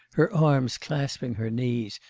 her arms clasping her knees,